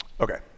Okay